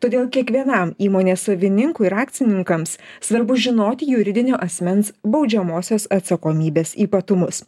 todėl kiekvienam įmonės savininkui ir akcininkams svarbu žinoti juridinio asmens baudžiamosios atsakomybės ypatumus